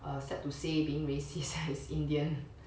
err sad to say being racist has indian